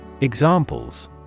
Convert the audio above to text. Examples